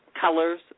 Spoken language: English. colors